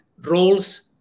roles